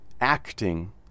acting